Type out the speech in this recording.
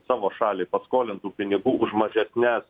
savo šaliai paskolintų pinigų už mažesnes